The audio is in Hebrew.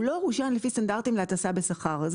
הוא לא אושר לפי סטנדרטים להטסה בשכר.